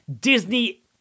Disney